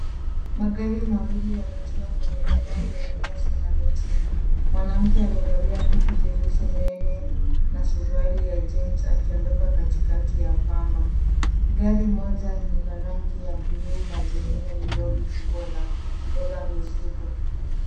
Magari mawili yametiwa kwenye eneo lenye nyasi na miti. Mwanamke amevalia koti jeusi nene na suruali ya jeans akiondoka katikati ya pamba. Gari moja ni la rangi ya bluu na jingine ni Lori kubwa la kubeba mizigo.